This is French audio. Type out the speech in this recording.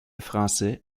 français